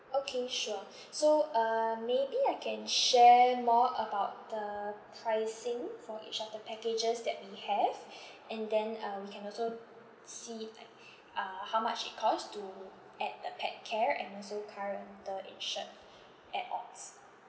okay sure so uh maybe I can share more about the pricing for each of the packages that we have and then uh we can also see like uh how much it costs to add the pet care and also car rental insured add-ons